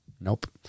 Nope